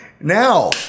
Now